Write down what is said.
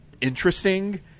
interesting